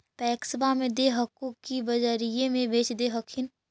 पैक्सबा मे दे हको की बजरिये मे बेच दे हखिन?